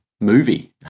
movie